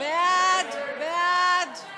ההסתייגות של קבוצת סיעת יש